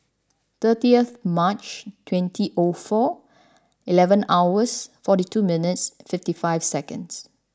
thirtieth March twenty O four eleven hours forty two minutes fifty five seconds